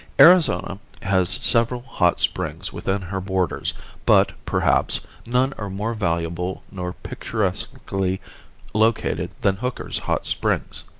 arizona has several hot springs within her borders but, perhaps, none are more valuable nor picturesquely located than hooker's hot springs.